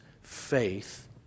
faith